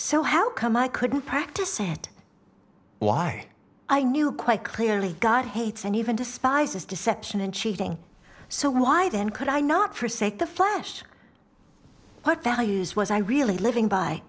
so how come i couldn't practice it wired i knew quite clearly god hates and even despises deception and cheating so why then could i not for sake the flash what values was i really living by